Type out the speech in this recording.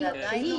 שהיא